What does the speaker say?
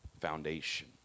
foundation